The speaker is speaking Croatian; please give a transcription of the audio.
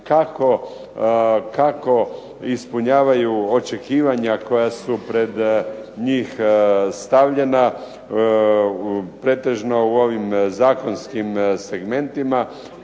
kako ispunjavaju očekivanja koja su pred njih stavljena pretežno u ovim zakonskim segmentima.